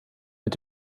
mit